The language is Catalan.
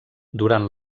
durant